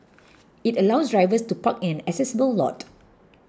it allows drivers to park in an accessible lot